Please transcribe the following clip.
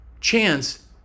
chance